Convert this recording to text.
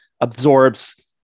absorbs